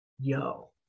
Yo